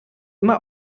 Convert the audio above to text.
immer